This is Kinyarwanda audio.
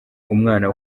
umwana